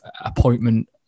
appointment